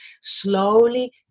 slowly